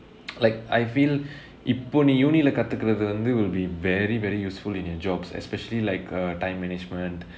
like I feel இப்போ நீ:ippo nee university leh கத்துக்குறது வந்து:katthukurathu vanthu will be very very useful in your jobs especially like uh time management